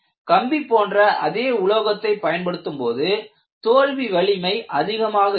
கம்பி போன்ற அதே உலோகத்தை பயன்படுத்தும்போது தோல்வி வலிமை அதிகமாக இருக்கும்